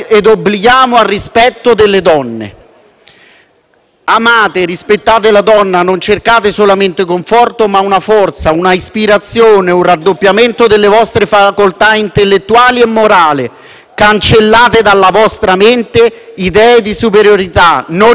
«Amate e rispettate la donna, non cercate, in essa, solamente un conforto ma una forza, un'ispirazione, un raddoppiamento delle vostre facoltà intellettuali e morali. Cancellate dalla vostra mente ogni idea di superiorità, non ne avete alcuna». Sono parole di Giuseppe Mazzini.